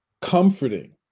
comforting